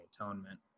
atonement